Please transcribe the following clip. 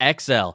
XL